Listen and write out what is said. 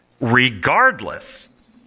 regardless